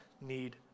need